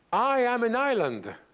i am an island